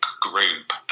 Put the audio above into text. group